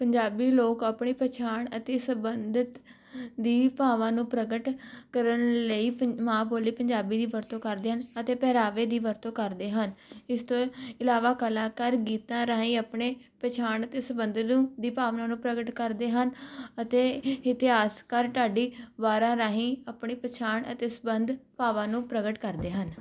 ਪੰਜਾਬੀ ਲੋਕ ਆਪਣੀ ਪਛਾਣ ਅਤੇ ਸੰਬੰਧਿਤ ਦੀ ਭਾਵਾਂ ਨੂੰ ਪ੍ਰਗਟ ਕਰਨ ਲਈ ਮਾਂ ਬੋਲੀ ਪੰਜਾਬੀ ਦੀ ਵਰਤੋਂ ਕਰਦੇ ਹਨ ਅਤੇ ਪਹਿਰਾਵੇ ਦੀ ਵਰਤੋਂ ਕਰਦੇ ਹਨ ਇਸ ਤੋਂ ਇਲਾਵਾ ਕਲਾਕਾਰ ਗੀਤਾਂ ਰਾਹੀਂ ਆਪਣੇ ਪਛਾਣ ਅਤੇ ਸੰਬੰਧਿਤ ਦੀ ਭਾਵਨਾ ਨੂੰ ਪ੍ਰਗਟ ਕਰਦੇ ਹਨ ਅਤੇ ਇਤਿਹਾਸਕਾਰ ਢਾਡੀ ਵਾਰਾ ਰਾਹੀਂ ਆਪਣੀ ਪਛਾਣ ਅਤੇ ਸੰਬੰਧ ਭਾਵਾਂ ਨੂੰ ਪ੍ਰਗਟ ਕਰਦੇ ਹਨ